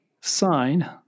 sign